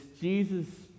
Jesus